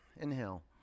Inhale